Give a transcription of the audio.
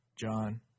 John